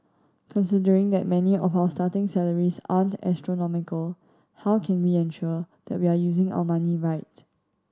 considering that many of our starting salaries aren't astronomical how can we ensure that we are using our money right